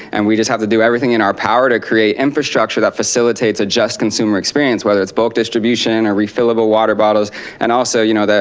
and we just have to do everything and our power to create infrastructure that facilitates a just consumer experience. whether it's bulk distribution, a refillable water bottles and also, you know,